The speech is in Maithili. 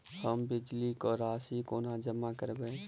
हम बिजली कऽ राशि कोना जमा करबै?